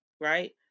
right